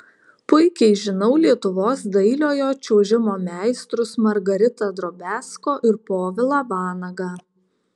puikiai žinau lietuvos dailiojo čiuožimo meistrus margaritą drobiazko ir povilą vanagą